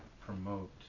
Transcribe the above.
promote